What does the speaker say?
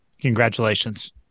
congratulations